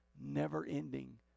never-ending